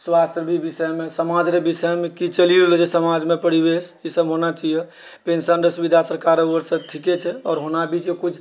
स्वास्थ्य भी विषयमे समाज रऽ विषयमे कि चलि रहल अछि समाजमे परिवेश की सभ होना चाहिए पेन्शनके सुविधा सरकारके ओरसँ ठिके छै आओर होना भी चाहिए किछु